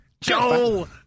Joel